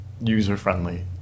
user-friendly